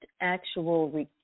actual